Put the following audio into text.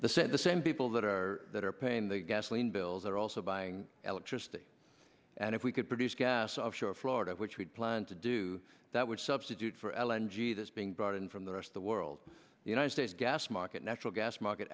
say the same people that are that are paying the gasoline bills are also buying electricity and if we could produce gas offshore florida which we plan to do that would substitute for l n g this being brought in from the rest of the world the united states gas market natural gas market